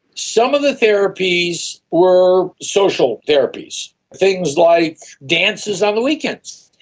some of the therapies were social therapies, things like dances on the weekends.